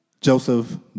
Joseph